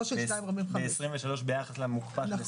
לא של 2.45%. ב-23' ביחס למוקפא של 2020?